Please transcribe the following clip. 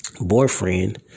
Boyfriend